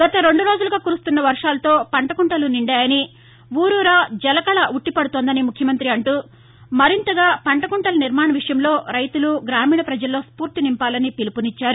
గత రెండు రోజులుగా కురుస్తున్న వర్వాలతో పంటకుంటలు నిండాయని ఊరూరా జలకళ ఉట్టిపడుతోందని ముఖ్యమంతి అంటూ మరింతగా పంటకుంటల నిర్మాణ విషయంలో రైతులు గ్రామీణ ప్రపజలలో స్నూర్తి నింపాలని పిలుపునిచ్చారు